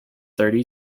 thirty